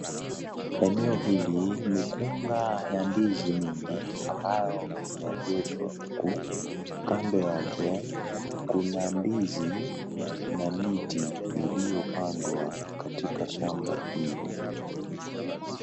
Eneo hili ni gumba ya ndizi mingi ambayo imeegeshwa huku kando yake kuna ndizi na miti iliyopandwa katika shamba hili.